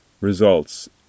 results